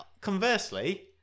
conversely